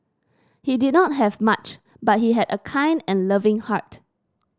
he did not have much but he had a kind and loving heart